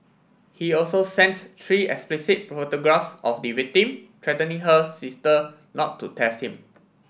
he also sent three explicit photographs of the victim threatening her sister not to test him